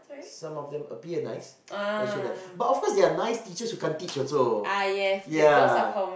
some of them appear nice but there are nice teacher who cant teach also